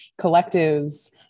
collectives